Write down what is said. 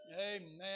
Amen